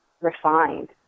refined